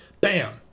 bam